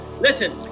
listen